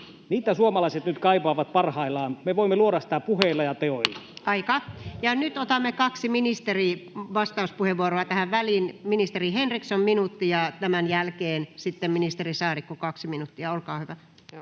Sitä suomalaiset nyt kaipaavat parhaillaan, me voimme luoda sitä puheilla ja teoilla. [Puhemies: Aika!] Ja nyt otamme kaksi ministerin vastauspuheenvuoroa tähän väliin. Ministeri Henriksson, minuutti, ja tämän jälkeen ministeri Saarikko, 2 minuuttia. —Olkaa hyvä.